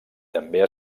també